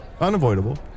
Unavoidable